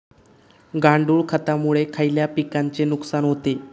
गांडूळ खतामुळे खयल्या पिकांचे नुकसान होते?